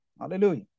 Hallelujah